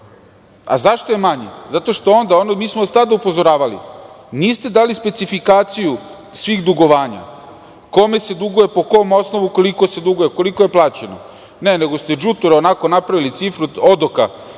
Zašto je manji? Zato što onda, mi smo vas i tada upozoravali, niste dali specifikaciju svih dugovanja - kome se duguje, po kom osnovu, koliko se duguje i koliko je plaćeno? Ne, nego ste đuture, onako napravili cifru odoka